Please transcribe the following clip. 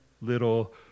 little